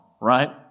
right